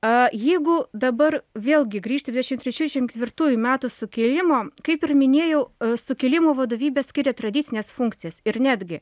a jeigu dabar vėlgi grįžti šedešimt trečiųjų šem ketvirtųjų metų sukilimo kaip ir minėjau sukilimo vadovybė skiria tradicines funkcijas ir netgi